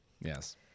Yes